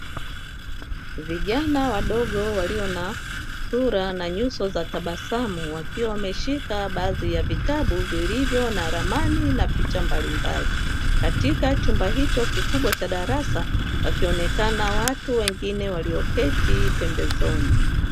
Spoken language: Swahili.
Vijana wadogo walio na sura na nyuso za tabasamu wakiwa wameshika baadhi ya vitabu vilivyo na ramani na picha mbalimbali, katika chumba hicho kikubwa cha darasa wakionekana watu wengine walioketi pembezoni.